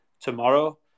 tomorrow